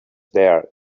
there